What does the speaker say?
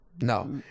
No